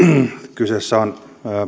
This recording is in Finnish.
kyseessä on